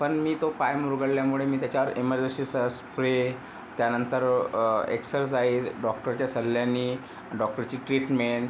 पण मी तो पाय मुरगळल्यामुळे मी त्याच्यावर एमर्जन्सीचा स्प्रे त्यानंतर एक्सरसाइज डॉक्टरच्या सल्ल्याने डॉक्टरची ट्रीटमेंट